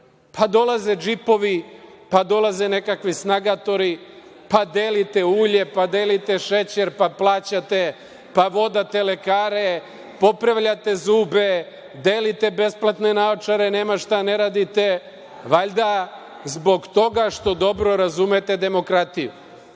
Pa dolaze džipovi, pa dolaze nekakvi snagatori, pa delite ulje, pa delite šećer, pa plaćate, pa vodate lekare, popravljate zube, delite besplatne naočare, nema šta ne radite, valjda zbog toga što dobro razumete demokratiju. Kažete